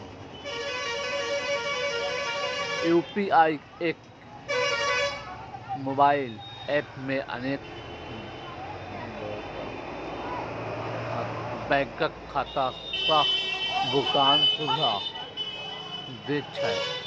UPI एके mobile app मे अनेक बैंकक खाता सं भुगतान सुविधा दै छै